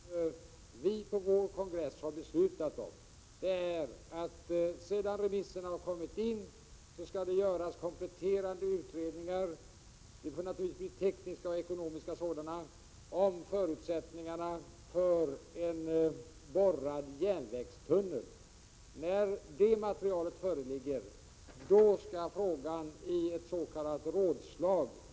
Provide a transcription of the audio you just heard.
Herr talman! Med anledning av de frågor som har ställts vill jag bara kort säga att det vore föga meningsfullt med ett intensifierat remissförfarande, om man talade om hur det hela skulle bli innan remissvaren inkommit. Det som vi socialdemokrater har diskuterat och det som vi har beslutat på vår kongress är att kompletterande utredningar skall göras när remissvaren har kommit in. Det får naturligtvis bli fråga om både tekniska och ekonomiska utredningar, och det gäller då förutsättningarna för en borrad järnvägstunnel. När det materialet föreligger skall frågan diskuteras i ett s.k. rådslag.